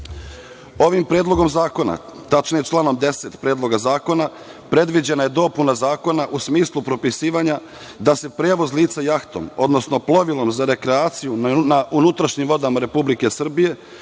predlogom zakona, tačnije članom 10. predloga zakona, predviđena je dopuna zakona u smislu propisivanja da se prevoz lica jahtom, odnosno plovilom za rekreaciju na unutrašnjim vodama Republike Srbije